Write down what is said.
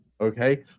okay